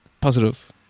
positive